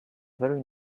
very